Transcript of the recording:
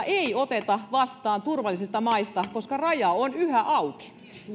ei oteta vastaan turvallisista maista raja on yhä auki